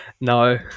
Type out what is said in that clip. No